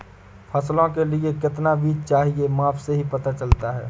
फसलों के लिए कितना बीज चाहिए माप से ही पता चलता है